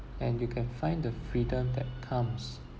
and you can find the freedom that comes